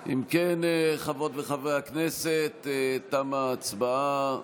אם כן, חברות וחברי הכנסת, תמה ההצבעה.